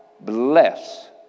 bless